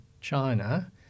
China